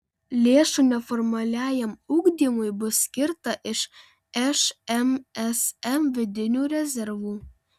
lėšų neformaliajam ugdymui bus skirta iš šmsm vidinių rezervų